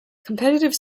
competitive